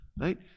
Right